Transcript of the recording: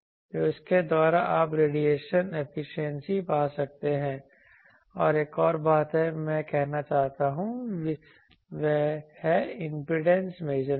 तो इसके द्वारा आप रेडिएशन एफिशिएंसी पा सकते हैं और एक और बात है जो मैं कहना चाहता हूं वह है इम्पीडेंस मेजरमेंट